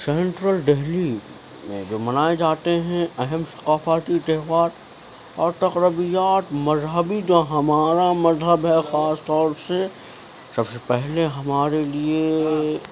central Delhi میں جو منائے جاتے ہیں اہم ثقافاتی تہوار اور تقریبات مذہبی جو ہمارا مذہب ہے خاص طور سے سب سے پہلے ہمارے لیے